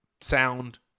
sound